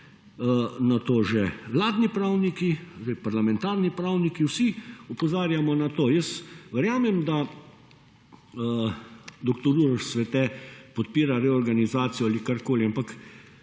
na to že vladni pravniki, parlamentarni pravniki, vsi opozarjamo na to. Jaz verjamem, da dr. Uroš Svete podpira reorganizacijo ali karkoli, ampak,